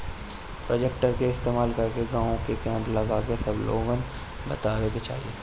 projector के इस्तेमाल कके गाँव में कैंप लगा के सब लोगन के बतावे के चाहीं